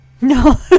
No